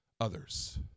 others